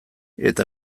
eta